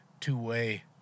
two-way